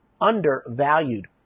undervalued